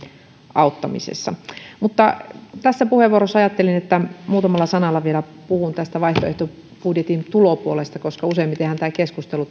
auttamisessa mutta tässä puheenvuorossa ajattelin muutamalla sanalla vielä puhua tästä vaihtoehtobudjetin tulopuolesta koska useimmitenhan tämä keskustelu